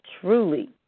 truly